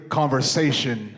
conversation